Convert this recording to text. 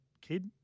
kid